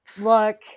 Look